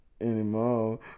anymore